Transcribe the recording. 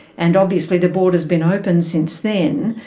and obviously the border has been open since then.